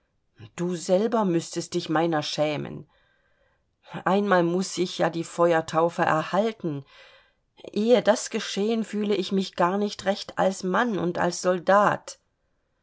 du selber müßtest dich meiner schämen einmal muß ich ja die feuertaufe erhalten ehe das geschehen fühle ich mich gar nicht recht als mann und als soldat